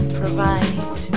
provide